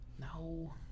No